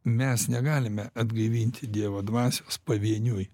mes negalime atgaivinti dievo dvasios pavieniui